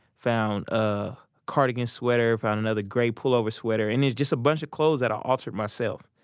found a cardigan sweater, found another gray pullover sweater. and it's just a bunch of clothes that i altered myself.